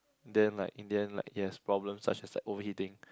then like in the end like it has problem such like as overheating